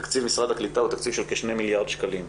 תקציב משרד הקליטה הוא תקציב של כ-2 מיליארד שקלים.